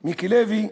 מיקי לוי,